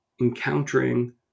encountering